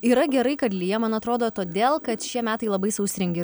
yra gerai kad lyja man atrodo todėl kad šie metai labai sausringi ir